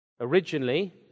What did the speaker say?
originally